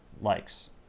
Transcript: likes